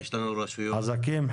חזקים,